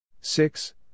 Six